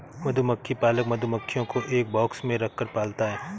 मधुमक्खी पालक मधुमक्खियों को एक बॉक्स में रखकर पालता है